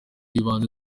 y’ibanze